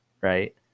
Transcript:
right